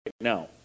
now